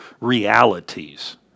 realities